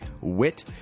wit